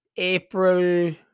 April